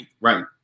right